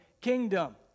kingdom